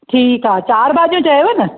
ठीकु आहे चारि भाॼियूं चयव न